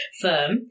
firm